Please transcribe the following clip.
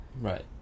Right